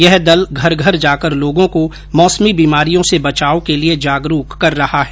यह दल घर घर जाकर लोगों को मौसमी बीमारियों से बचाव के लिये जागरूक कर रहा है